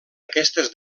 aquestes